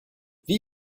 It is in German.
wie